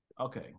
Okay